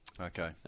Okay